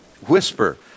whisper